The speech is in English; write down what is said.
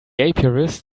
apiarist